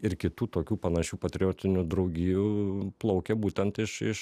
ir kitų tokių panašių patriotinių draugijų plaukė būtent iš iš